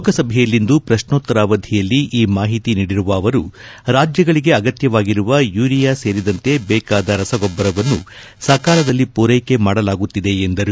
ಲೋಕಸಭೆಯಲ್ಲಿಂದು ಪ್ರಶ್ನೋತ್ತರ ಅವಧಿಯಲ್ಲಿ ಈ ಮಾಹಿತಿ ನೀಡಿರುವ ಅವರು ರಾಜ್ಯಗಳಿಗೆ ಅಗತ್ಯವಾಗಿರುವ ಯೂರಿಯಾ ಸೇರಿದಂತೆ ಬೇಕಾದ ರಸಗೊಬ್ಬರವನ್ನು ಸಕಾಲದಲ್ಲಿ ಪೂರೈಕೆ ಮಾಡಲಾಗುತ್ತಿದೆ ಎಂದರು